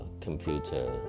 computer